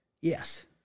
Yes